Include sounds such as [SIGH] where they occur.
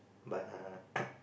but err [COUGHS]